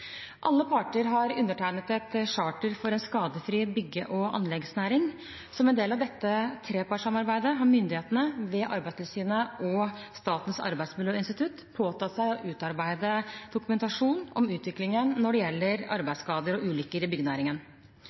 Alle parter har undertegnet et «charter for en skadefri bygge- og anleggsnæring». Som en del av dette trepartssamarbeidet har myndighetene, ved Arbeidstilsynet og Statens arbeidsmiljøinstitutt, påtatt seg å utarbeide dokumentasjon om utviklingen når det gjelder arbeidsskader og ulykker i byggenæringen.